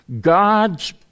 God's